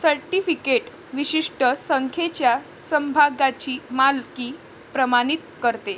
certificate विशिष्ट संख्येच्या समभागांची मालकी प्रमाणित करते